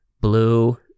blue